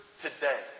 today